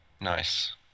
nice